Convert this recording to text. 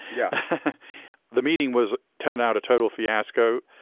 yeah the meeting was turned out a total fiasco.